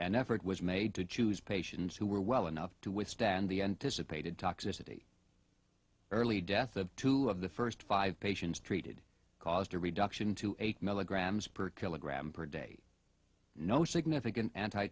an effort was made to choose patients who were well enough to withstand the anticipated toxicity early death of two of the first five patients treated caused a reduction to eight milligrams per kilogram per day no significant anti